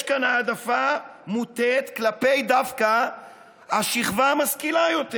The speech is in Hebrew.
יש כאן העדפה מוטית דווקא כלפי השכבה המשכילה יותר